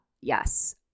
yes